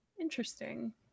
Interesting